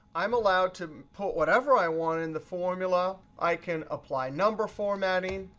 i'm allowed to put whatever i want in the formula. i can apply number formatting.